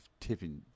tipping